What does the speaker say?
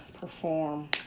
perform